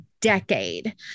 decade